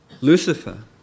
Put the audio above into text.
Lucifer